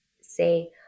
say